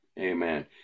Amen